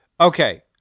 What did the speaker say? Okay